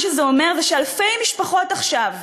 מה שזה אומר, אלפי משפחות עכשיו,